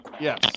Yes